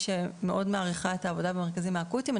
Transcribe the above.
שמאוד מעריכה את העבודה במרכזים האקוטיים.